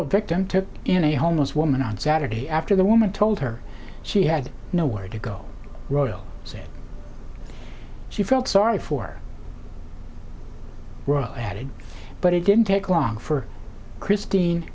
old victim took in a homeless woman on saturday after the woman told her she had nowhere to go royle said she felt sorry for added but it didn't take long for christine